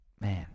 man